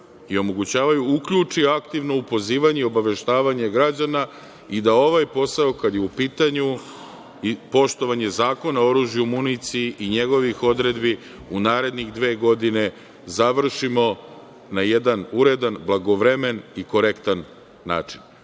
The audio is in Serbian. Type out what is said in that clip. i omogućavaju, uključi aktivno u pozivanje i obaveštavanje građana i da ovaj posao kada je u pitanju i poštovanje Zakona o oružju, municiji i njegovih odredbi u narednih dve godine završimo na jedan uredan, blagovremen i korektan